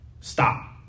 Stop